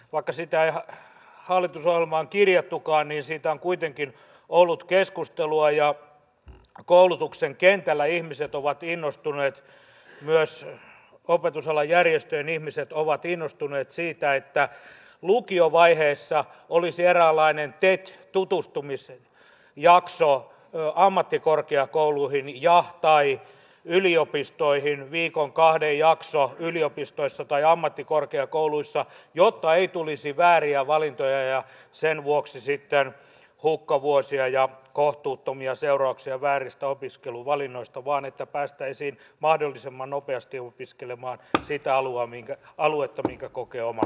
vaikka sitä ei hallitusohjelmaan kirjattukaan niin siitä on kuitenkin ollut keskustelua ja koulutuksen kentällä ihmiset ovat innostuneet myös opetusalan järjestöjen ihmiset ovat innostuneet siitä että lukiovaiheessa olisi eräänlainen tet tutustumisjakso ammattikorkeakouluihin tai yliopistoihin viikon kahden jakso yliopistoissa tai ammattikorkeakouluissa jotta ei tulisi vääriä valintoja ja sen vuoksi sitten hukkavuosia ja kohtuuttomia seurauksia vääristä opiskeluvalinnoista vaan että päästäisiin mahdollisimman nopeasti opiskelemaan sitä aluetta minkä kokee omakseen